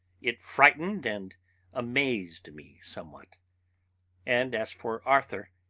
it frightened and amazed me somewhat and as for arthur,